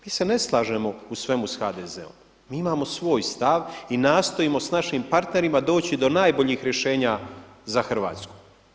Mi se ne slažemo u svemu s HDZ-om, mi imamo svoj stav i nastojimo s našim partnerima doći do najboljih rješenja za Hrvatsku.